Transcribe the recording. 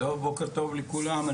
בוקר טוב לכולם,